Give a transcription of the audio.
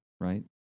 Right